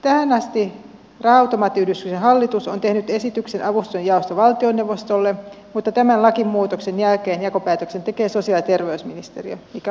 tähän asti raha automaattiyhdistyksen hallitus on tehnyt esityksen avustusten jaosta valtioneuvostolle mutta tämän lakimuutoksen jälkeen jakopäätöksen tekee sosiaali ja terveysministeriö mikä on ihan kannatettavaa